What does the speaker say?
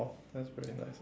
sounds very nice